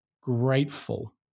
grateful